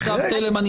תודה לכולם,